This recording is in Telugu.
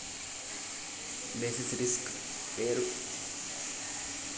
బేసిస్ రిస్క్ వేరు ప్రైస్ రిస్క్ అనేది వేరు కాబట్టి అయోమయం పడకూడదు